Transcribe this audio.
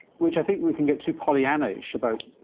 which i think we can get too pollyannaish about